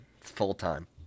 full-time